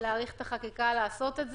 להאריך את החקיקה לעשות את זה.